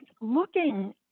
looking